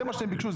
זה מה שהם ביקשו,